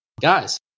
guys